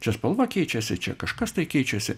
čia spalva keičiasi čia kažkas tai keičiasi